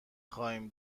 خوایم